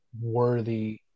worthy